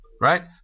right